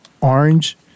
orange